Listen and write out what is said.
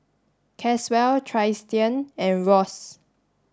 Caswell Tristian and Ross